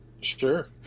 Sure